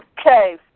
Okay